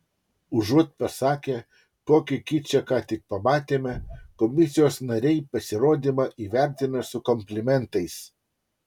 užuot pasakę kokį kičą ką tik pamatėme komisijos nariai pasirodymą įvertina su komplimentais